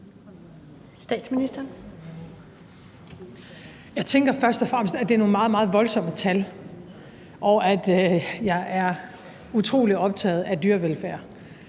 Frederiksen): Jeg tænker først og fremmest, at det er nogle meget, meget voldsomme tal, og at jeg er utrolig optaget af dyrevelfærd.